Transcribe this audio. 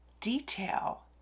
detail